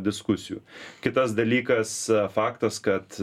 diskusijų kitas dalykas faktas kad